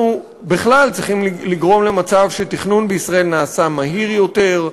אנחנו בכלל צריכים לגרום למצב שתכנון בישראל נעשה מהיר יותר,